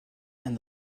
and